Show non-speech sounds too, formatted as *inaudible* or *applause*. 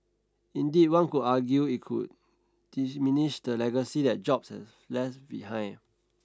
indeed one could argue it would *unintelligible* the legacy that Jobs has left behind